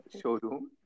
showroom